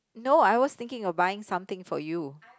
no I was thinking of buying something for you